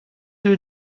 two